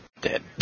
dead